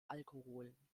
alkoholen